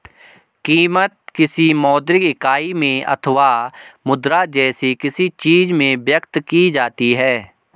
कीमत, किसी मौद्रिक इकाई में अथवा मुद्रा जैसी किसी चीज में व्यक्त की जाती है